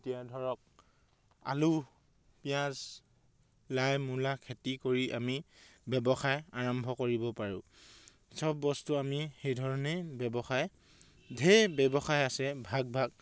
এতিয়া ধৰক আলু পিঁয়াজ লাই মূলা খেতি কৰি আমি ব্যৱসায় আৰম্ভ কৰিব পাৰোঁ চব বস্তু আমি সেইধৰণেই ব্যৱসায় ঢেৰ ব্যৱসায় আছে ভাগ ভাগ